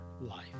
life